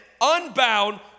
unbound